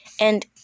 And